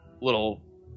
little